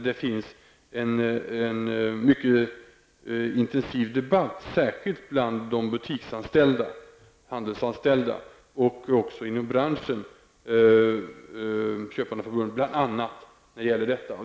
Det förs en mycket intensiv debatt om detta, särskilt bland de handelsanställda och inom branschen i stort, bl.a. inom Köpmannaförbundet.